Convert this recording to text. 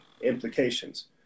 implications